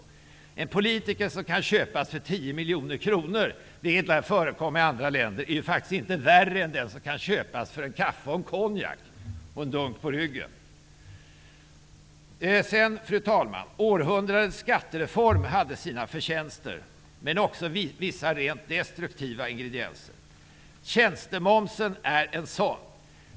Det är inte värre med en politiker som kan köpas för tio miljoner kronor, vilket ibland förekommer i andra länder, än med en som kan köpas för en kaffe med en konjak och en dunk i ryggen. Fru talman! Århundradets skattereform hade sina förtjänster men också vissa rent destruktiva ingredienser. Tjänstemomsen är en sådan.